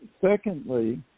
Secondly